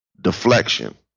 deflection